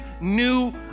new